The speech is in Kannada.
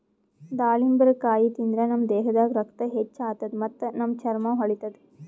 ದಾಳಿಂಬರಕಾಯಿ ತಿಂದ್ರ್ ನಮ್ ದೇಹದಾಗ್ ರಕ್ತ ಹೆಚ್ಚ್ ಆತದ್ ಮತ್ತ್ ನಮ್ ಚರ್ಮಾ ಹೊಳಿತದ್